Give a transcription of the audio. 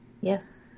Yes